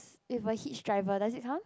if a hitch driver does it count